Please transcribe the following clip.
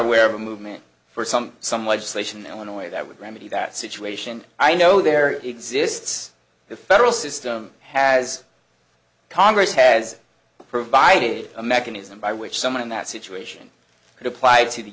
aware of a movement for some some legislation now in a way that would remedy that situation i know there exists a federal system has congress has provided a mechanism by which someone in that situation could apply to the